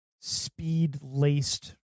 speed-laced